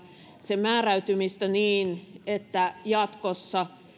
sen määräytymistä niin että jatkossa